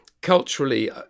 culturally